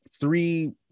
three